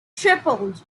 tripled